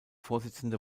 vorsitzende